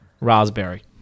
Raspberry